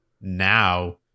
now